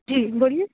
جی بولیے